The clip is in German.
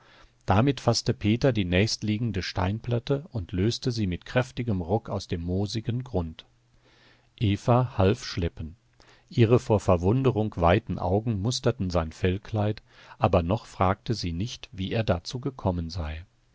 damit faßte peter die nächstliegende steinplatte und löste sie mit kräftigem ruck aus dem moosigen grund eva half schleppen ihre vor verwunderung weiten augen musterten sein fellkleid aber noch fragte sie nicht wie er dazu gekommen sei